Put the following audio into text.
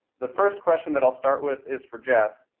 the first question that i'll start with is for jeff,